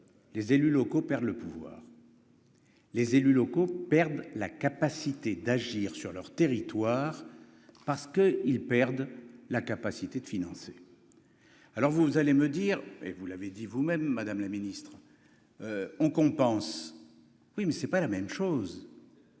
les élus locaux perdent le pouvoir, les élus locaux perdent la capacité d'agir sur leur territoire parce qu'ils perdent la capacité de financer, alors vous allez me dire et vous l'avez dit vous-même, Madame la Ministre, on compense oui mais c'est pas la même chose.